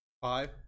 Five